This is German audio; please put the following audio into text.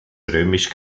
römisch